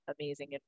amazing